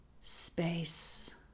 space